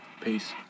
Peace